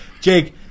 Jake –